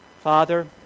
Father